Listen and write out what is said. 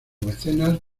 mecenas